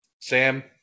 Sam